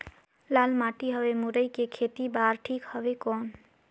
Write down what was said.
लाल माटी हवे मुरई के खेती बार ठीक हवे कौन?